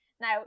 Now